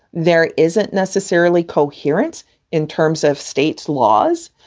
there isn't necessarily coherence in terms of states laws.